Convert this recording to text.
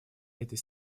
этой